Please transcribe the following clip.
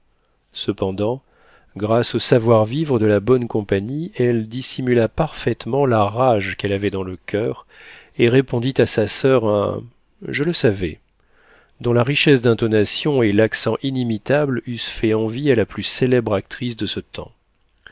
cependant grâce au savoir-vivre de la bonne compagnie elle dissimula parfaitement la rage qu'elle avait dans le coeur et répondit à sa soeur un je le savais dont la richesse d'intonation et l'accent inimitable eussent fait envie à la plus célèbre actrice de ce temps